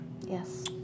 Yes